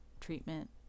treatment